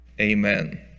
Amen